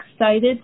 excited